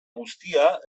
guztia